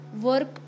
work